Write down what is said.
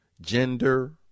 gender